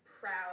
proud